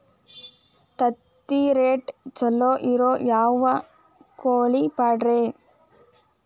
ತತ್ತಿರೇಟ್ ಛಲೋ ಇರೋ ಯಾವ್ ಕೋಳಿ ಪಾಡ್ರೇ?